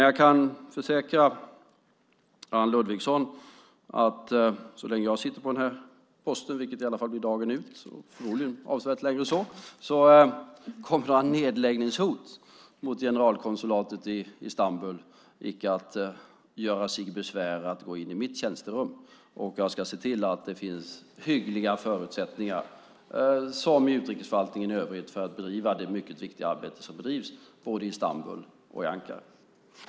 Jag kan försäkra Anne Ludvigsson att så länge jag sitter på den här posten - vilket i varje fall blir dagen ut, och förmodligen avsevärt längre än så - kommer några nedläggningshot mot generalkonsulatet i Istanbul icke att göra sig besvär att gå in i mitt tjänsterum. Jag ska se till att det finns hyggliga förutsättningar som i utrikesförvaltning i övrigt för att bedriva det mycket viktiga arbete som bedrivs både i Istanbul och i Ankara.